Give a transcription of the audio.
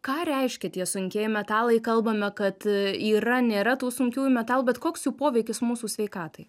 ką reiškia tie sunkieji metalai kalbame kad yra nėra tų sunkiųjų metalų bet koks jų poveikis mūsų sveikatai